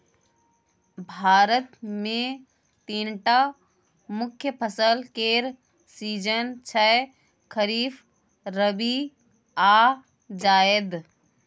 भारत मे तीनटा मुख्य फसल केर सीजन छै खरीफ, रबी आ जाएद